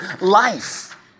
life